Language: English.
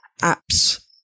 apps